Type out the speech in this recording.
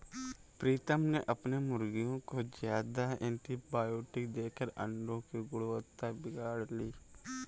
प्रीतम ने अपने मुर्गियों को ज्यादा एंटीबायोटिक देकर अंडो की गुणवत्ता बिगाड़ ली